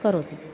करोति